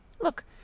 look